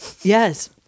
Yes